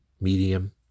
medium